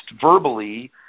verbally